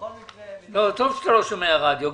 בכל מקרה -- זה טוב שאתה לא שומע רדיו,